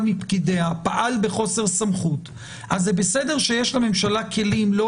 מפקידיה פעל בחוסר סמכות אז זה בסדר שיש לממשלה כלים לא